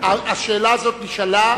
חבר הכנסת אורי אריאל, השאלה הזאת נשאלה ונשמעה.